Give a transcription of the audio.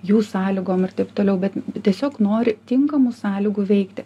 jų sąlygom ir taip toliau bet tiesiog nori tinkamų sąlygų veikti